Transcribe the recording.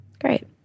Great